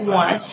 one